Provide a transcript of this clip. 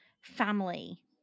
family